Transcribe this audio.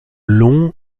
long